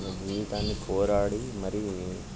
జీవితాన్ని పోరాడి మరి